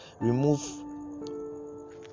remove